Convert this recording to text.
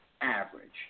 average